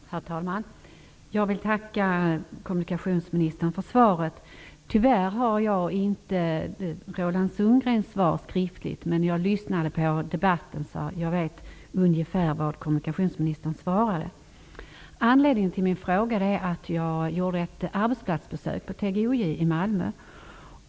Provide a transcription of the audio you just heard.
Herr talman! Jag tackar kommunikationsministern för svaret. Tyvärr har jag inte Roland Sundgrens svar skriftligt, men jag lyssnade på debatten så jag vet ungefär vad kommunikationsministern svarade. Anledningen till min fråga är att jag gjort ett arbetsplatsbesök på TGOJ i Malmö.